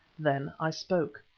then i spoke.